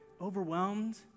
overwhelmed